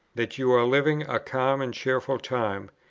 that you are living a calm and cheerful time,